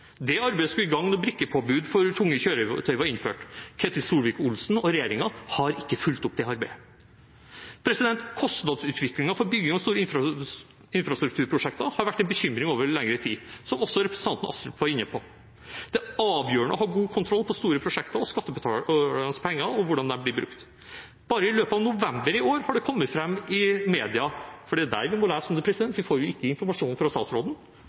Det arbeidet skulle i gang når brikkepåbud for tunge kjøretøy var innført. Ketil Solvik-Olsen og regjeringen har ikke fulgt opp det arbeidet. Kostnadsutviklingen for bygging av store infrastrukturprosjekter har vært en bekymring over lengre tid, som også representanten Astrup var inne på. Det er avgjørende å ha god kontroll på store prosjekter og skattebetalernes penger og hvordan de blir brukt. Bare i løpet av november i år har det kommet fram i media – det er der vi må lese om det, for vi får ikke informasjon fra statsråden